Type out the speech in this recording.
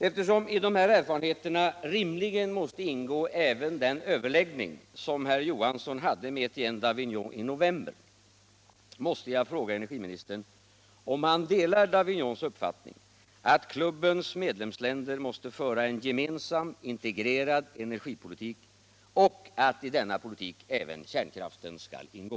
Eftersom i dessa erfarenheter rimligen måste ingå även den överläggning som herr Johansson hade med Etienne Davignon i november, måste jag fråga energiministern om han delar Davignons uppfattning att klubbens medlemsländer måste föra en gemensam, integrerad energipolitik och att i denna politik även kärnkraften skall ingå.